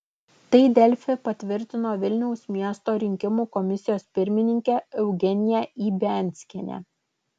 tai delfi patvirtino vilniaus miesto rinkimų komisijos pirmininkė eugenija ibianskienė